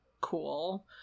cool